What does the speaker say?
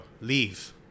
leave